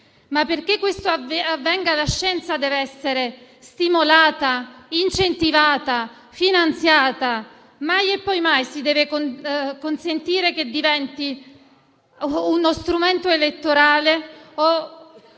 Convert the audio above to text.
affinché questo avvenga, la scienza deve essere stimolata, incentivata e finanziata: mai e poi mai si deve consentire che diventi uno strumento elettorale o